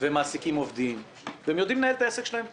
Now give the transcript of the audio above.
והם מעסיקים עובדים והם יודעים לנהל את העסק שלהם היטב.